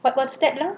what what's that lah